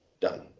done